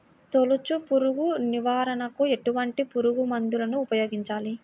తొలుచు పురుగు నివారణకు ఎటువంటి పురుగుమందులు ఉపయోగించాలి?